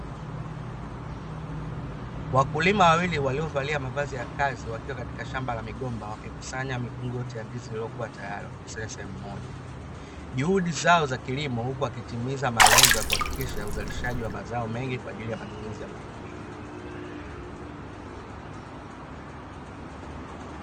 Wakulima wawili waliovalia mavazi ya kazi, wakiwa katika shamba la migomba wakikusanya mikungu yote ya ndizi iliyokuwa tayari, wakikusanya sehemu moja; juhudi zao za kilimo huku wakitimiza malengo ya kuhakikisha uzalishaji wa mazao mengi kwaajili ya matumizi ya familia.